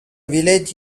village